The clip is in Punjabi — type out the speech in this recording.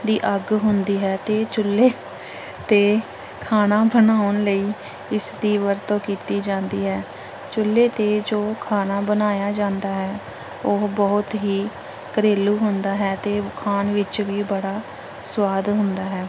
ਦੀ ਅੱਗ ਹੁੰਦੀ ਹੈ ਅਤੇ ਚੁੱਲ੍ਹੇ 'ਤੇ ਖਾਣਾ ਬਣਾਉਣ ਲਈ ਇਸ ਦੀ ਵਰਤੋਂ ਕੀਤੀ ਜਾਂਦੀ ਹੈ ਚੁੱਲ੍ਹੇ 'ਤੇ ਜੋ ਖਾਣਾ ਬਣਾਇਆ ਜਾਂਦਾ ਹੈ ਉਹ ਬਹੁਤ ਹੀ ਘਰੇਲੂ ਹੁੰਦਾ ਹੈ ਅਤੇ ਖਾਣ ਵਿੱਚ ਵੀ ਬੜਾ ਸੁਆਦ ਹੁੰਦਾ ਹੈ